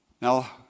Now